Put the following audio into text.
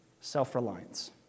Self-reliance